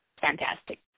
fantastic